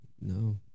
no